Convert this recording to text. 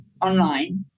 online